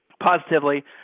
positively